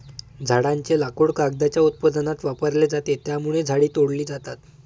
झाडांचे लाकूड कागदाच्या उत्पादनात वापरले जाते, त्यामुळे झाडे तोडली जातात